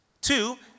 two